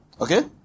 Okay